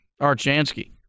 Archansky